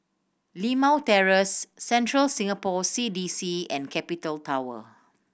Limau Terrace Central Singapore C D C and Capital Tower